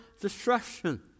destruction